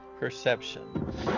Perception